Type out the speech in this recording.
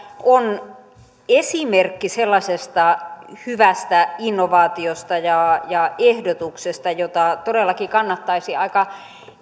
on esimerkki sellaisesta hyvästä innovaatiosta ja ja ehdotuksesta jota todellakin kannattaisi aika